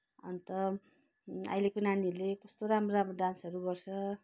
अन्त अहिलेको नानीहरूले कस्तो राम्रो राम्रो डान्सहरू गर्छ